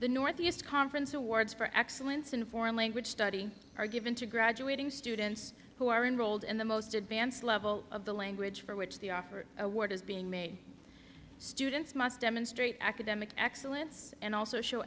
the northeast conference awards for excellence in foreign language study are given to graduating students who are unrolled in the most advanced level of the language for which the offer award is being made students must demonstrate academic excellence and also show